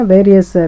Various